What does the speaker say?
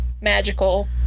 magical